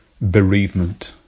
bereavement